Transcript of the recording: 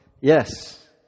Yes